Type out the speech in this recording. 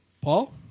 Paul